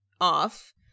off